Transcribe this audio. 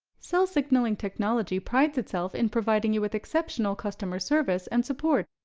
cell signaling technology prides itself in providing you with exceptional customer service and support.